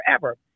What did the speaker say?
forever